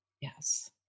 Yes